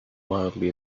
wildly